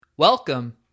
Welcome